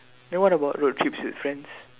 then what about road trips with friends